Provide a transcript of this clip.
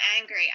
angry